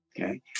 Okay